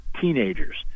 teenagers